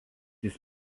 jis